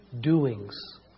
doings